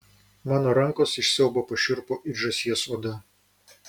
mano rankos iš siaubo pašiurpo it žąsies oda